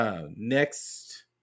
Next